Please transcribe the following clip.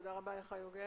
תודה רבה יוגב.